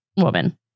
Woman